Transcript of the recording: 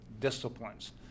disciplines